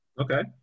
Okay